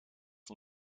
van